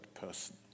person